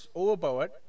overpowered